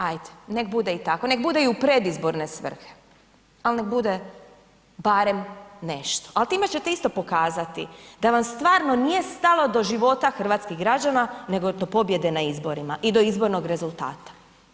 Ajde nek budi i tako, nek bude i u predizborne svrhe, ali nek bude barem nešto, ali time ćete isto pokazati da vam stvarno nije stalo do života hrvatskih građana nego do pobjede na izborima i do izbornog rezultata.